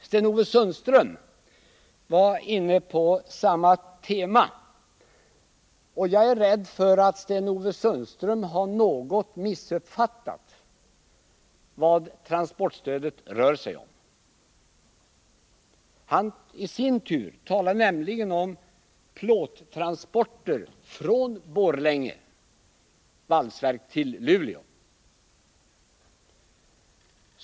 Sten-Ove Sundström var inne på samma tema, och jag är rädd för att han något har missuppfattat vad transportstödet rör sig om. Han talar nämligen om plåttransporter från Borlänge valsverk till Luleå.